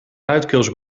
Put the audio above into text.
luidkeels